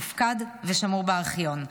הופקד ושמור בארכיון,